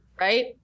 right